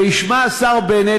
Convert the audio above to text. וישמע השר בנט,